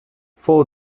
fou